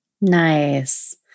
Nice